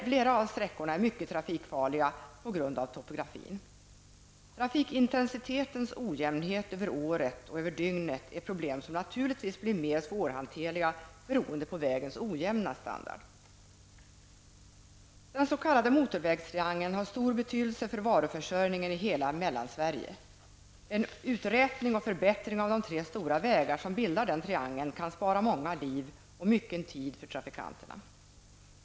Flera av sträckorna är på grund av topografin mycket trafikfarliga. Trafikintensitetens ojämnhet över året och över dygnet är problem som naturligtvis blir mer svårhanterliga beroende på vägens ojämna standard. Den s.k. motorvägstriangeln har stor betydelse för varuförsörjningen i hela Mellansverige. En uträtning och förbättring av de tre stora vägar som bildar denna triangel kan spara många liv och mycken tid för trafikanterna.